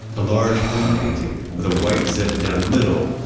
a large blue painting with a white zip down the middle,